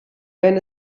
wenn